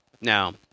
Now